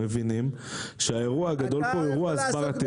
אנחנו מבינים שהאירוע הגדול פה הוא אירוע של הסברה.